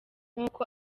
nk’uko